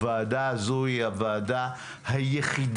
הוועדה הזאת היא הוועדה היחידה